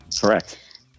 Correct